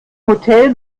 hotel